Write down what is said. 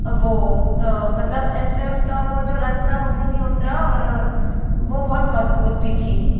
वो मतलब ऐसे उसका वो जो रंग था वो भी नी उतरा और वो बहुत मजबूत भी थी